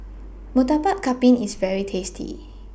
Murtabak Kambing IS very tasty